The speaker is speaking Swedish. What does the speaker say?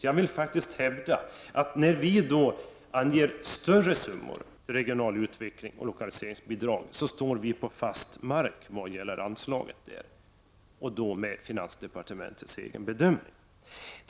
Jag vill hävda att vi när vi vill att det skall ges större summor till regional utveckling och till lokaliseringsbidrag står på fast mark också enligt finansdepartementets egen bedömning.